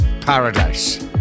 Paradise